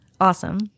Awesome